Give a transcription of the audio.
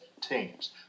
teams